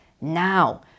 now